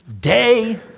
day